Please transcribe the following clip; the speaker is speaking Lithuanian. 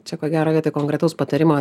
čia ko gero vietoj konkretaus patarimo